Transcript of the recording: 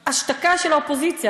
את ההשתקה של האופוזיציה.